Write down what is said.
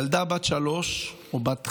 ילדה בת שלוש או בת 15,